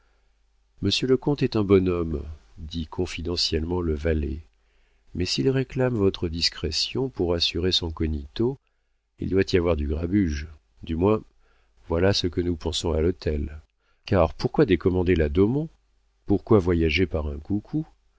monsieur le comte est un bon homme dit confidentiellement le valet mais s'il réclame votre discrétion pour assurer son cognito il doit y avoir du grabuge du moins voilà ce que nous pensons à l'hôtel car pourquoi décommander la daumont pourquoi voyager par un coucou